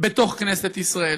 בתוך כנסת ישראל